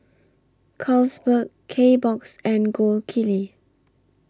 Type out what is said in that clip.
Carlsberg Kbox and Gold Kili